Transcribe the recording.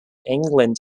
england